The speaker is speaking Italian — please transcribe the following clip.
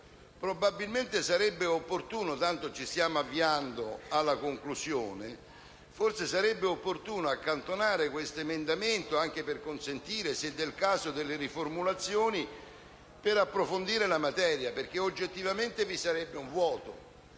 avviando alla conclusione, accantonare questo emendamento, anche per consentire, se del caso, delle riformulazioni e per approfondire la materia, perché oggettivamente vi sarebbe un vuoto.